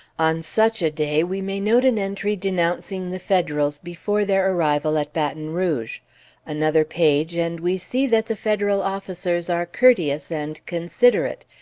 on such a day, we may note an entry denouncing the federals before their arrival at baton rouge another page, and we see that the federal officers are courteous and considerate,